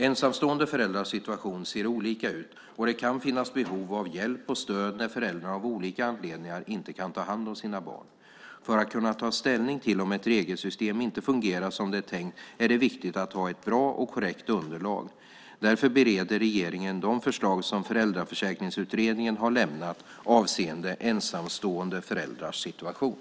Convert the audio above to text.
Ensamstående föräldrars situation ser olika ut, och det kan finnas behov av hjälp och stöd när föräldrarna av olika anledningar inte kan ta hand om sina barn. För att kunna ta ställning till om ett regelsystem inte fungerar som det är tänkt är det viktigt att ha ett bra och korrekt underlag. Därför bereder regeringen de förslag som Föräldraförsäkringsutredningen har lämnat avseende ensamstående föräldrars situation.